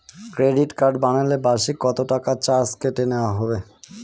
Credit card বানালে বার্ষিক কত টাকা চার্জ কেটে নেওয়া হবে?